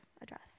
address